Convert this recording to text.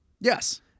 Yes